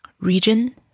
region